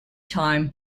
time